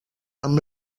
amb